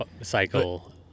cycle